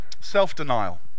Self-denial